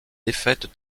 défaites